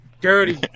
Dirty